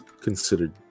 considered